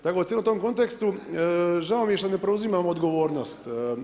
Tako u cijelom tom kontekstu žao mi je što ne preuzimamo odgovornost.